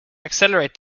accelerate